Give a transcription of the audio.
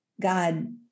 God